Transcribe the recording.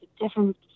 different